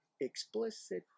explicit